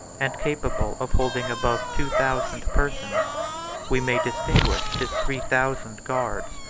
and capable of holding above two thousand persons we may distinguish his three thousand guards,